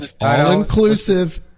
All-inclusive